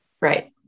right